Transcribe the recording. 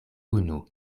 unu